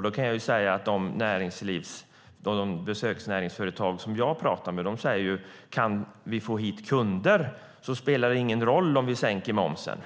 Då kan jag säga att de besöksnäringsföretag jag pratar med säger: Kan vi få hit kunder spelar det ingen roll om vi sänker momsen.